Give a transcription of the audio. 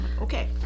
Okay